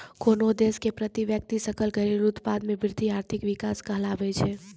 कोन्हो देश के प्रति व्यक्ति सकल घरेलू उत्पाद मे वृद्धि आर्थिक विकास कहलाबै छै